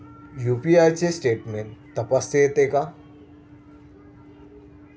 UPI चे statement तपासता येते का?